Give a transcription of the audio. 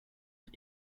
est